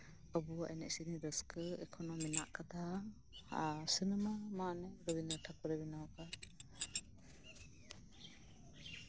ᱟᱵᱚᱣᱟᱜ ᱮᱱᱮᱡ ᱥᱮᱨᱮᱧ ᱨᱟᱹᱥᱠᱟᱹ ᱢᱮᱱᱟᱜ ᱟᱠᱟᱫᱟ ᱟᱨ ᱥᱤᱱᱮᱢᱟ ᱢᱟ ᱨᱚᱵᱤᱱᱫᱚᱨᱚᱱᱟᱛᱷ ᱴᱷᱟᱹᱠᱩᱨᱮ ᱵᱮᱱᱟᱣ ᱟᱠᱟᱫ